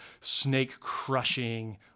snake-crushing